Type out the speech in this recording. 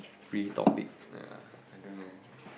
free topic ya I don't know